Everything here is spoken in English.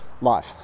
life